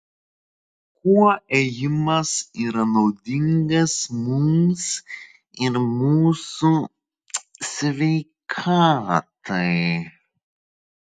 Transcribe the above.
kuo ėjimas yra naudingas mums ir mūsų sveikatai